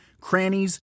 crannies